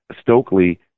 Stokely